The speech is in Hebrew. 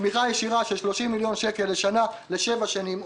תמיכה ישירה של 30 מיליון שקל לשנה למשך שבע שנים.